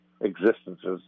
existences